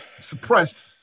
suppressed